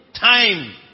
Time